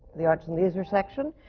the arts and leisure section.